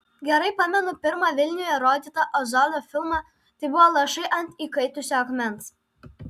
gerai pamenu pirmą vilniuje rodytą ozono filmą tai buvo lašai ant įkaitusio akmens